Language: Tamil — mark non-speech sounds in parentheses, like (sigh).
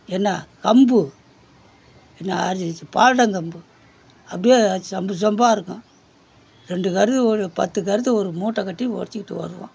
என்ன கம்பு என்ன (unintelligible) பார்டங்கம்பு அப்படியே சம்பு சம்பா இருக்கும் ரெண்டுக்கருது ஒரு பத்துக்கருது ஒரு மூட்டைக்கட்டி உடச்க்கிட்டு வருவோம்